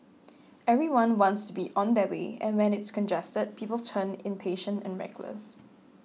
everyone wants to be on their way and when it's congested people turn impatient and reckless